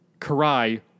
Karai